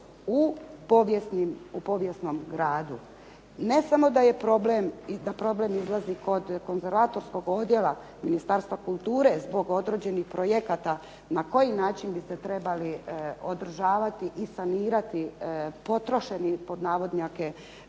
u povijesnom gradu. Ne samo da je problem i da problem izlazi kod konzervatorskog odjela Ministarstva kultura zbog određenih projekata na koji način bi se trebali održavati i sanirati potrošeni pod navodnjake